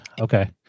Okay